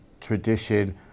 tradition